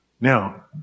Now